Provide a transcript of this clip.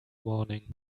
morning